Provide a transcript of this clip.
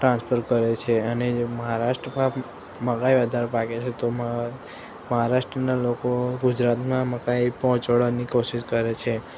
transfer કરે છે અને મહારાષ્ટ્રમાં મકાઈ વધારે પાકે છે તો મ મહારાષ્ટ્રના લોકો ગુજરાતમાં મકાઈ પહોંચાડવાની કોશિશ કરે છે